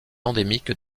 endémique